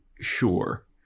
Sure